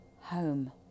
home